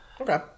Okay